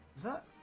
the